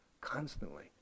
constantly